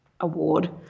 award